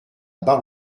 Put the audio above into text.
bar